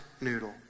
noodle